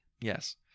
Yes